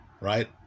right